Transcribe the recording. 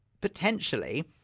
potentially